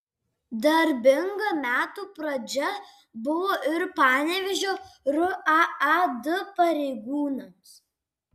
darbinga metų pradžia buvo ir panevėžio raad pareigūnams